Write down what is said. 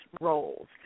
roles